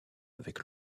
avec